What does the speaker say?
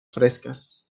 frescas